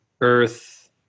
earth